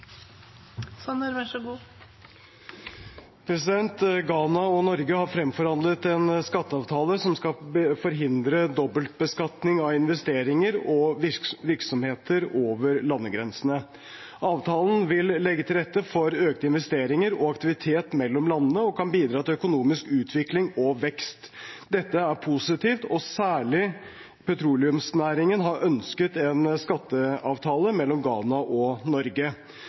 og Norge har fremforhandlet en skatteavtale som skal forhindre dobbeltbeskatning av investeringer og virksomheter over landegrensene. Avtalen vil legge til rette for økte investeringer og aktivitet mellom landene og kan bidra til økonomisk utvikling og vekst. Dette er positivt, og særlig petroleumsnæringen har ønsket en skatteavtale mellom Ghana og Norge.